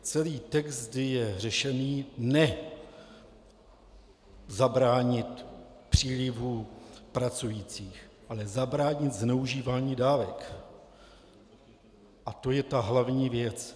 Celý text je řešen ne zabránit přílivu pracujících, ale zabránit zneužívání dávek a to je ta hlavní věc.